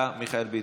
אה, מיכאל ביטון.